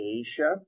Asia